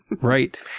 Right